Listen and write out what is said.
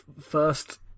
first